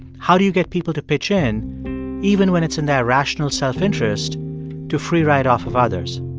how do you get people to pitch in even when it's in their rational self-interest to free ride off of others?